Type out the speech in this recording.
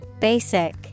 Basic